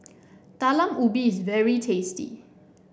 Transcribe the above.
Talam Ubi is very tasty